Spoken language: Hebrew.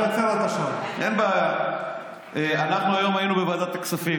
אני רוצה לתאר לכם מה קרה היום בוועדת הכספים.